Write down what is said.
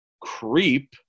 creep